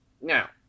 Now